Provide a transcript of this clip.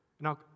Now